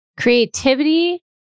creativity